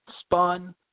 spun